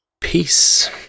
peace